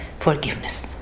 forgiveness